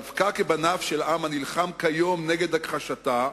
דווקא כבניו של עם הנלחם כיום נגד הכחשתה,